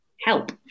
help